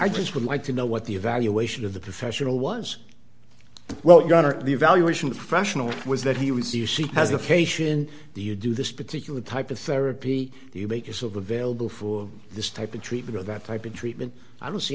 i just would like to know what the evaluation of the professional was well your honor the evaluation of professional was that he would see you see as the patient do you do this particular type of therapy do you make yourself available for this type of treatment or that type of treatment i don't see